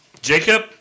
Jacob